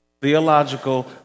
theological